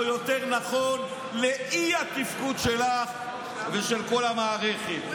או יותר נכון לאי-תפקוד שלך ושל כל המערכת.